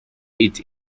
eat